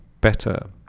better